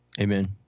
Amen